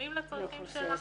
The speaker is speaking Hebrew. שמותאמים לצרכים שלה.